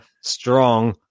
strong